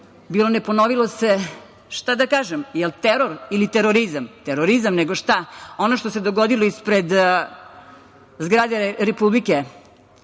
bilo ne ponovilo se, šta da kažem, jer teror ili terorizam, terorizam nego šta. Ono što se dogodilo ispred naše Narodne